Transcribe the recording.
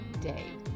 day